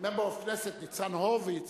)מחיאות כפיים) Member of Knesset Nizan Horovitz